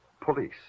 Police